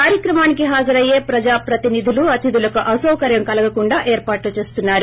కార్యక్రమానికి హాజరయ్యే ప్రజా ప్రతినిధులు అతిథులకు అసౌకర్యం కలగకుండా ఏర్పాట్లు చేస్తున్నారు